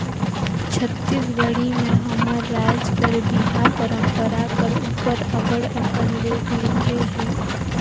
छत्तीसगढ़ी में हमर राएज कर बिहा परंपरा कर उपर अब्बड़ अकन लेख लिखे हे